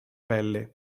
pelle